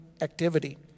activity